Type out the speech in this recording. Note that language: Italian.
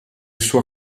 suo